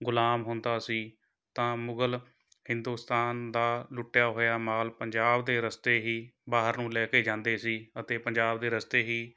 ਗੁਲਾਮ ਹੁੰਦਾ ਸੀ ਤਾਂ ਮੁਗਲ ਹਿੰਦੁਸਤਾਨ ਦਾ ਲੁੱਟਿਆ ਹੋਇਆ ਮਾਲ ਪੰਜਾਬ ਦੇ ਰਸਤੇ ਹੀ ਬਾਹਰ ਨੂੰ ਲੈ ਕੇ ਜਾਂਦੇ ਸੀ ਅਤੇ ਪੰਜਾਬ ਦੇ ਰਸਤੇ ਹੀ